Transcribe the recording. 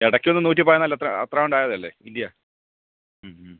ഇടയ്ക്കൊന്ന് നൂറ്റിപ്പതിനാല് അത്ര അത്ര ഉണ്ടായതല്ലേ ഇൻഡ്യ മ് മ്